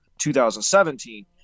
2017